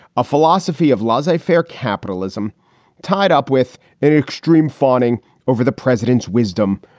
a philosophy of laissez faire capitalism tied up with an extreme fawning over the president's wisdom.